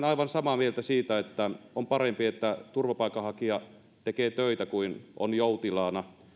aivan samaa mieltä siitä että on parempi että turvapaikanhakija tekee töitä kuin on joutilaana